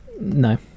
No